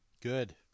Good